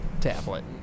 tablet